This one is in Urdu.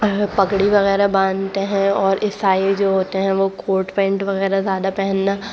پگڑی وغیرہ باندھتے ہیں اور عیسائی جو ہوتے ہیں وہ کوٹ پینٹ وغیرہ زیادہ پہننا